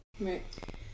Right